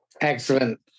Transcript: Excellent